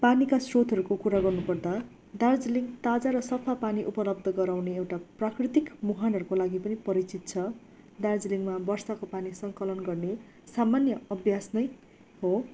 पानीका स्रोतहरूको कुरा गर्नु पर्दा दार्जिलिङ ताजा र सफा पानी उपलब्ध गराउने एउटा प्राकृतिक मुहानहरूको लागि पनि परिचित छ दार्जिलिङमा वर्षाको पानी सङ्कलन गर्ने सामान्य अभ्यास नै हो